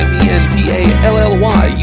Mentally